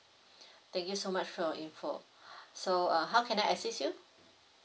thank you so much for your info so uh how can I assist you